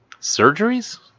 surgeries